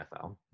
NFL